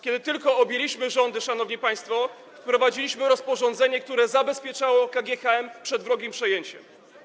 kiedy tylko objęliśmy rządy, szanowni państwo, wprowadziliśmy rozporządzenie, które zabezpieczało KGHM przed wrogim przejęciem.